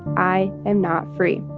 i am not free